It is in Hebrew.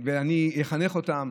ואני אחנך אותן,